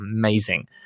Amazing